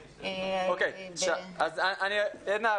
עדנה,